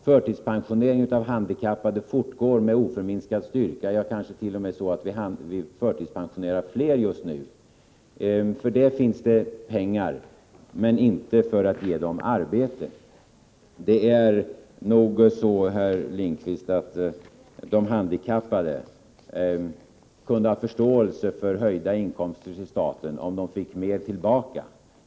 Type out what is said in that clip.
Förtidspensioneringen av handikappade fortgår med oförminskad styrka — det kansket.o.m. är så att vi förtidspensionerar fler just nu. För det finns det pengar, men inte för att ge dem arbete. Det är nog så, herr Lindqvist, att handikappade kunde ha förståelse för höjda inkomster till staten, om de fick mer tillbaka.